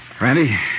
Randy